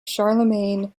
charlemagne